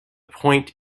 point